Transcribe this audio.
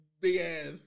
big-ass